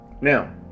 Now